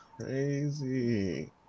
crazy